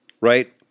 right